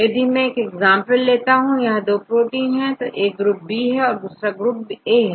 यहां मैं एक एग्जांपल बताता हूं यहां 2 प्रोटीन है एक ग्रुप B है और दूसरा ग्रुप A है